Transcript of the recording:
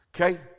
okay